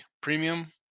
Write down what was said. premium